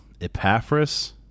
Epaphras